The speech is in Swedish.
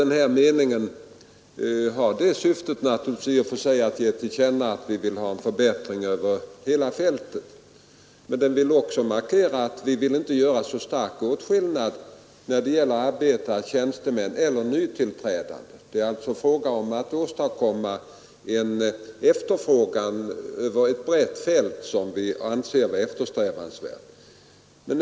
Denna mening i interpellationssvaret har naturligtvis i och för sig syftet att ge till känna att vi vill ha en förbättring över hela fältet. Men den vill också markera att vi inte vill göra så stark skillnad mellan arbetare, tjänstemän eller nytillträdande. Vi anser det alltså eftersträvansvärt att åstadkomma efterfrågan över ett brett fält.